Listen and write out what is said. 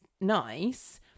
nice